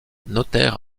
notaire